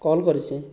call କରିଛି